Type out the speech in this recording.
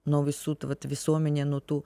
nuo visų visuomenė nuo tų